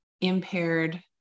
impaired